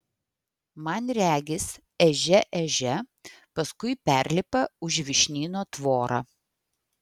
man regis ežia ežia paskui perlipa už vyšnyno tvorą